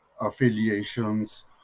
affiliations